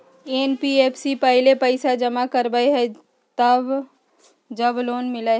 NBFC पहले पईसा जमा करवहई जब लोन मिलहई?